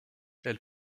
elle